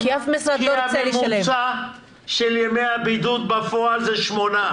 כי הממוצע של ימי הבידוד בפועל זה שמונה.